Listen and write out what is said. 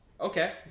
okay